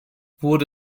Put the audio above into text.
wurde